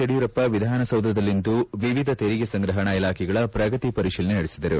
ಯಡಿಯೂರಪ್ಪ ವಿಧಾನ ಸೌಧದಲ್ಲಿಂದು ವಿವಿಧ ತೆರಿಗೆ ಸಂಗ್ರಪಣಾ ಇಲಾಖೆಗಳ ಪ್ರಗತಿ ಪರಿತೀಲನೆ ನಡೆಸಿದರು